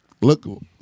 look